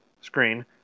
screen